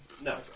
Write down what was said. No